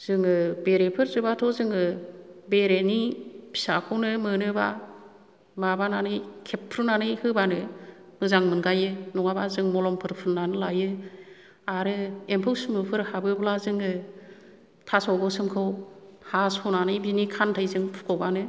जोङो बेरेफोर जोबाथ' जोङो बेरेनि फिसाखौनो मोनोबा माबानानै खेबफ्रुनानै होबानो मोजां मोनगायो नङाबा जों मलमफोर फुननानै लायो आरो एम्फौ सुमुफोर हाबोब्ला जोङो थास' गोसोमखौ हास'नानै बिनि खान्थैजों फुख'बानो